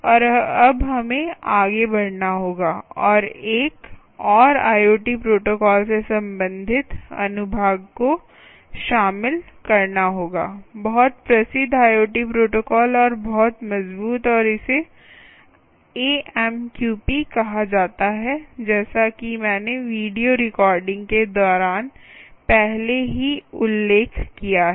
और अब हमें आगे बढ़ना होगा और एक और IoT प्रोटोकॉल से संबंधित अनुभागों को शामिल करना होगा बहुत प्रसिद्ध IoT प्रोटोकॉल और बहुत मजबूत और इसे AMQP कहा जाता है जैसा कि मैंने वीडियो रिकॉर्डिंग के दौरान पहले ही उल्लेख किया है